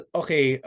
okay